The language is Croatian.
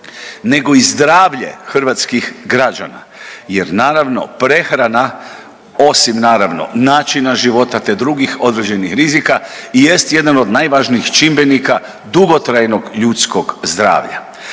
nego i zdravlje hrvatskih građana jer naravno prehrana osim naravno načina života te drugih određenih rizika i jest jedan od najvažnijih čimbenika dugotrajnog ljudskog zdravlja.